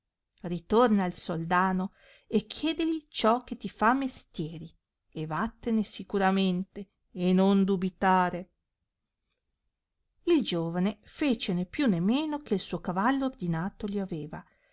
ritorna al soldano e chiedeli ciò che ti fa mestieri e vattene sicuramente e non dubitare il giovane fece nò più né meno che il suo cavallo ordinato gli aveva